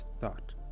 thought